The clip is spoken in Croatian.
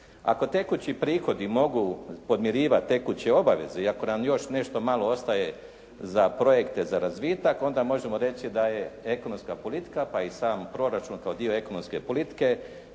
Ako tekući prihodi mogu podmirivati tekuće obaveze i ako nam još nešto malo ostaje za projekte za razvitak onda možemo reći da je ekonomska politika pa i sam proračun kao dio ekonomske politike